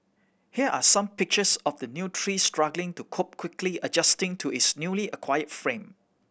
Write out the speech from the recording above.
here are some pictures of the new tree struggling to cope quickly adjusting to its newly acquired fame